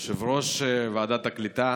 יושב-ראש ועדת הקליטה